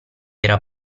era